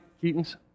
Keaton's